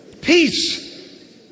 Peace